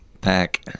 pack